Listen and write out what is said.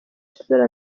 isura